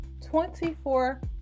24